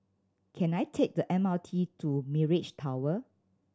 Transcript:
can I take the M R T to Mirage Tower